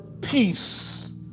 peace